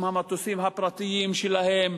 עם המטוסים הפרטיים שלהם.